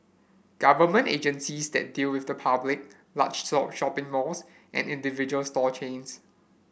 government agencies that deal with the public large shop shopping malls and individual store chains